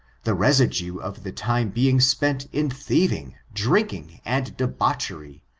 the residue of the time being spent in thieving, drink ing and debauchery,